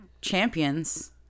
champions